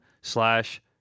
slash